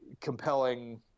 compelling